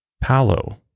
Palo